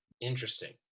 interesting